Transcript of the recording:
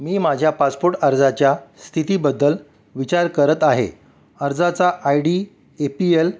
मी माझ्या पासपोर्ट अर्जाच्या स्थितीबद्दल विचार करत आहे अर्जाचा I D A P L